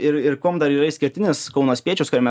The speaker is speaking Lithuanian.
ir ir kuom dar yra išskirtinis kauno spiečius kuriame